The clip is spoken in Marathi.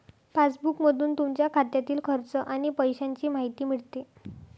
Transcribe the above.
पासबुकमधून तुमच्या खात्यातील खर्च आणि पैशांची माहिती मिळते